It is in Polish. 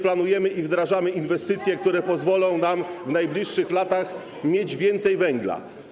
Planujemy bowiem i wdrażamy inwestycje, które pozwolą nam w najbliższych latach mieć więcej węgla.